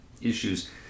issues